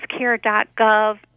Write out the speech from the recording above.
healthcare.gov